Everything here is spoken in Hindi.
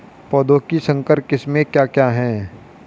पौधों की संकर किस्में क्या क्या हैं?